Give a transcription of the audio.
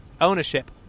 ownership